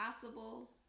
possible